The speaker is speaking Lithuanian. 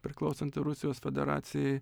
priklausanti rusijos federacijai